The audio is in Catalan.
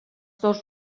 dos